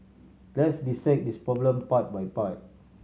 let's dissect this problem part by part